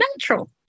natural